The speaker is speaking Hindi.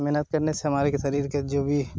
मेहनत करने से हमारे के शरीर के जो भी